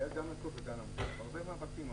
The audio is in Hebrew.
--- הרבה מאבקים.